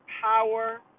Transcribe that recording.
power